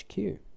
hq